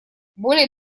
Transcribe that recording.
более